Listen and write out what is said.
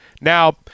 Now